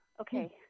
Okay